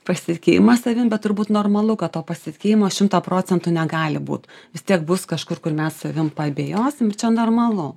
pasitikėjimą savim bet turbūt normalu kad to pasitikėjimo šimtą procentų negali būt vis tiek bus kažkur kur mes savim paabejosim ir čia normalu